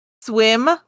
swim